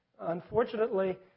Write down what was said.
Unfortunately